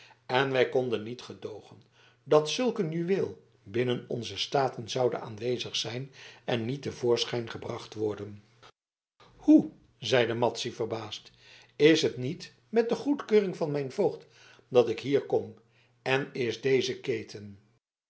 en wij konden niet gedoogen dat zulk een juweel binnen onze staten zoude aanwezig zijn en niet te voorschijn gebracht worden hoe zeide madzy verbaasd is het niet met de goedkeuring van mijn voogd dat ik hier kom en is deze keten